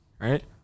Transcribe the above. Right